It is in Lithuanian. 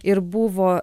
ir buvo